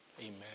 Amen